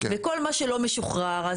וכל מה שלא משוחרר,